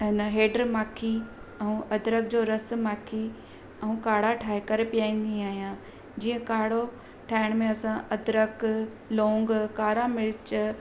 आहे न हेड्र माखी ऐं अदरक जो रसु माखी ऐं काड़ा ठाहे करे पिआईंदी आहियां जीअं काड़ो ठाहिण में असां अदरक लौंग कारा मिर्च